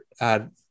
add